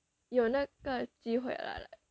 有那个机会来了 na ge ji hui lai le